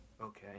okay